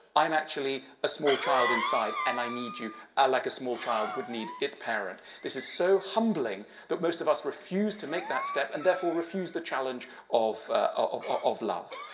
i'm actually a small child inside and i need you ah like a small child would need its parent. this is so humbling that most of us refuse to make that step and, therefore, refuse the challenge of of love.